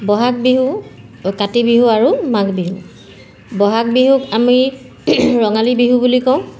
বহাগ বিহু কাতি বিহু আৰু মাঘ বিহু বহাগ বিহুক আমি ৰঙালী বিহু বুলি কওঁ